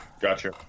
gotcha